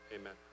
Amen